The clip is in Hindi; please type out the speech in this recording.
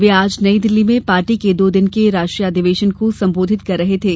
वे आज नई दिल्ली में पार्टी के दो दिन के राष्ट्रीय अधिवेशन को संबोधित कर रहे थे